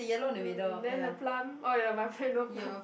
mm then the plum oh ya my plant no plum